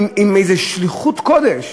שליחות קודש,